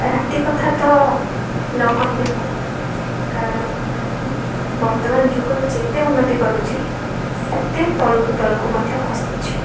ରାତି କଥା ତ ନ କହିଲେ ଭଲ କାରଣ ବର୍ତ୍ତମାନ ଯୁଗ ଯେତେ ଉନ୍ନତି କରୁଛି ସେତେ ତଳକୁ ତଳକୁ ମଧ୍ୟ ଖସୁଛି